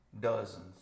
Dozens